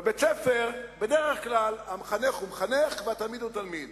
בבית-ספר בדרך כלל המחנך הוא מחנך והתלמיד הוא תלמיד,